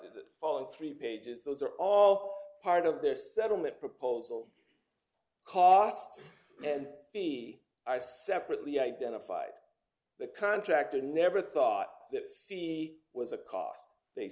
the following three pages those are all part of this settlement proposal cost and b i separately identified the contractor never thought that fee was a cost they